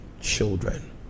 children